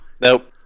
Nope